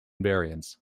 variants